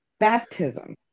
baptism